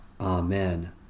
Amen